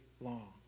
long